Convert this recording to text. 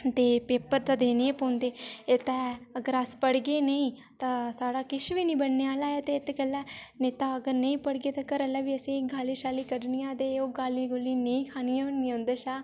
ते पेपर ते देने पौंदे एह् ते है अगर अस पढ़गे नेईं तां साढ़ा किश बी निं बनने आह्ला ऐ ते इत्त गल्लै नेईं तां अगर नेईं पढ़गे तां घरै आह्लें बी अ'सेंई गालियां शालियां कड्डनियां ते ओह् गालियां गूलियां नेईं खानियां उं'दे शा